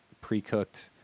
pre-cooked